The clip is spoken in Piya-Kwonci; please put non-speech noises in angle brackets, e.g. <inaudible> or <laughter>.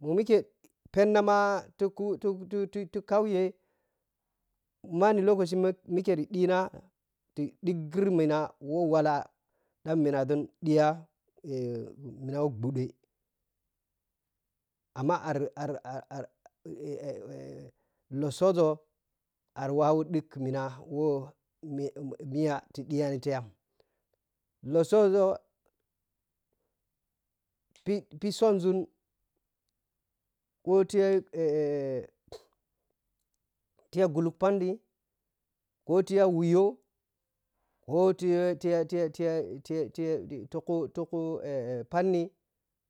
Mo mik phenama <unintelligible> ti kaaye manni lokaci me mike ta ɗhina ti dihigkri mina wo walla dan minaȝun ɗi ya <hesitation> dhiya mina wa ɓhuɗe amma ar-ar-ar-ar <hesitation> lotsooȝo ari wawu dhig mi na wo mimiya ta ɗhiya ni tiya losooȝo ɓhiɓhi sunȝun ko tiya <hesitation> tiya ghuluk ɓhanɗhi ko tiya whuyo ko tiya tiya tiya tiya tiya tiku tiku <hesitation> tiku phanni